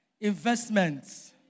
investments